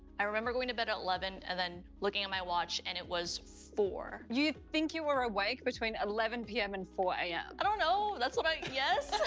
i remember going to bed at eleven, and then looking at my watch, and it was four. you think you were awake between eleven p m. and four a m? i don't know! that's what i. yes?